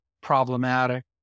problematic